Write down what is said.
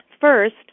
First